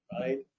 right